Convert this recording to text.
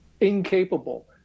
incapable